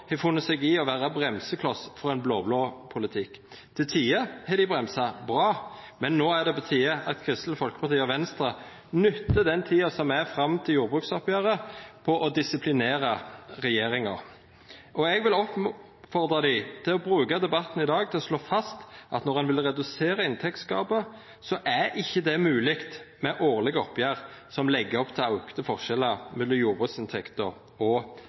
har funne seg i å vera bremsekloss for ein blå-blå politikk. Til tider har dei bremsa bra, men no er det på tide at Kristeleg Folkeparti og Venstre nyttar den tida som er fram til jordbruksoppgjeret til å disiplinera regjeringa. Og eg vil oppfordra dei til å bruka debatten i dag til å slå fast at når ein vil redusera inntektsgapet, så er ikkje det mogleg med årlege oppgjer som legg opp til auka forskjellar mellom jordbruksinntekta og